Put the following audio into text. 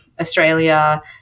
Australia